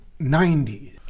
90s